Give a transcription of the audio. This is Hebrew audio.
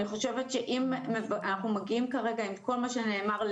אני חושבת שאם אנחנו מגיעים כרגע לעוד